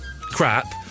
crap